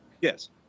Yes